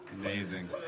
Amazing